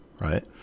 right